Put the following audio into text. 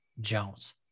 Jones